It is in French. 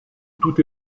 tout